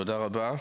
תודה רבה.